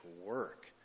work